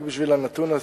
רק בשביל הנתון הסטטיסטי,